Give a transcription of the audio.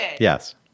Yes